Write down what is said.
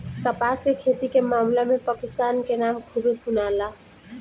कपास के खेती के मामला में पाकिस्तान के नाम खूबे सुनाला